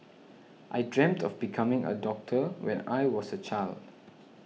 I dreamt of becoming a doctor when I was a child